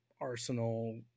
Arsenal